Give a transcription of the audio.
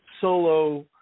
solo